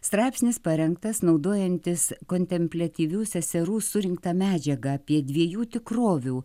straipsnis parengtas naudojantis kontempliatyvių seserų surinktą medžiagą apie dviejų tikrovių